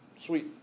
Sweet